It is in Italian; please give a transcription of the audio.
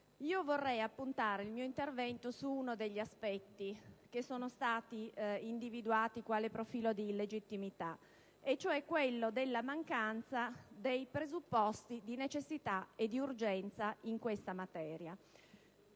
Vorrei appuntare il mio intervento su uno degli aspetti che sono stati individuati sotto il profilo della illegittimità, e cioè quello della mancanza dei presupposti di necessità e di urgenza in questa materia.